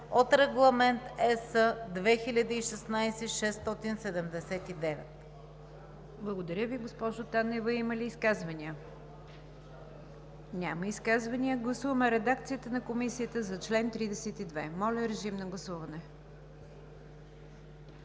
от Регламент (ЕС) 2016/679.“